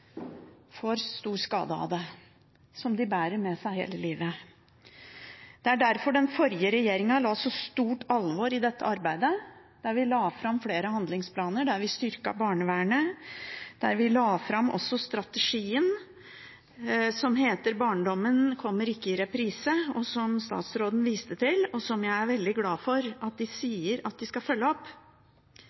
får stor skade av det – skade som de bærer med seg hele livet. Det var derfor den forrige regjeringen la så stort alvor i dette arbeidet: Vi la fram flere handlingsplaner, vi styrket barnevernet, og vi la også fram strategien Barndommen kommer ikke i reprise, som statsråden viste til, og som jeg er veldig glad for at de sier at de skal følge opp.